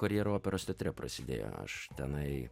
karjera operos teatre prasidėjo aš tenai